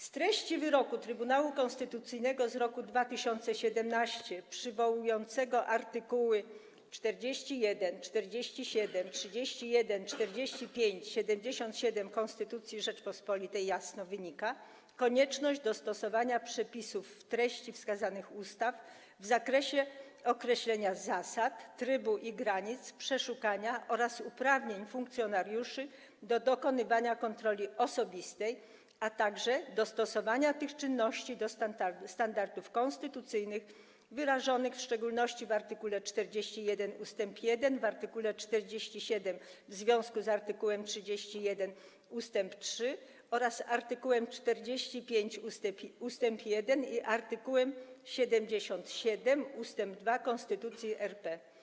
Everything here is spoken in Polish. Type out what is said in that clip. Z treści wyroku Trybunału Konstytucyjnego z roku 2017 przywołującego art. 41, 47, 31, 45 i 77 Konstytucji Rzeczypospolitej Polskiej jasno wynika konieczność dostosowania przepisów w treści wskazanych ustaw w zakresie określenia zasad, trybu i granic przeszukania oraz uprawnień funkcjonariuszy do dokonywania kontroli osobistej, a także dostosowania tych czynności do standardów konstytucyjnych wyrażonych w szczególności w art. 41 ust 1, art. 47 w związku z art. 31 ust. 3, art. 45 ust. 1 oraz art. 77 ust. 2 Konstytucji RP.